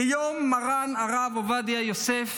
כיום מרן הרב עובדיה יוסף,